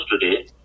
today